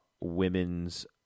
Women's